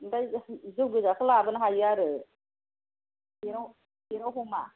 ओमफ्राय जौ गोजाखौ लाबोनो हायो आरो गेट आव हमा